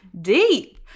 deep